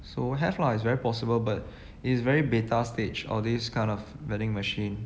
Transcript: so have lah it's very possible but it's very beta stage all these kind of vending machine